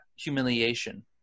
humiliation